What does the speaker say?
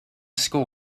school